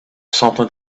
something